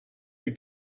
your